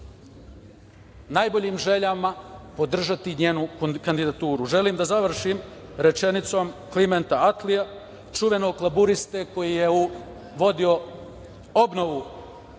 najboljim željama podržati njenu kandidaturu. Želim da završim rečenicom Klimenta Aklija, čuvenog laburiste koji je vodio obnovu